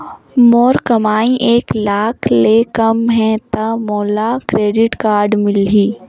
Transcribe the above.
मोर कमाई एक लाख ले कम है ता मोला क्रेडिट कारड मिल ही?